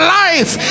life